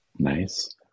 Nice